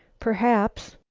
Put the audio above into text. perhaps.